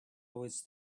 was